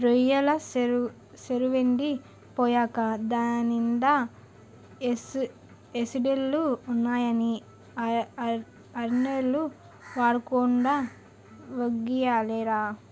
రొయ్యెల సెరువెండి పోయేకా దాన్నీండా యాసిడ్లే ఉన్నాయని ఆర్నెల్లు వాడకుండా వొగ్గియాలిరా